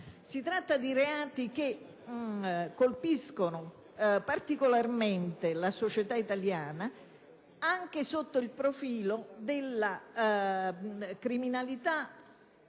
Si tratta di reati che colpiscono particolarmente la società italiana anche sotto il profilo della criminalità economica